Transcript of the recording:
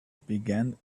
began